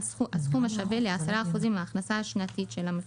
הסכום השווה ל-10% מההכנסה השנתית של המפר.